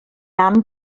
ann